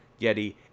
Yeti